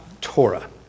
Torah